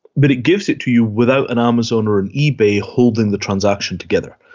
but it gives it to you without an amazon or an ebay holding the transaction together.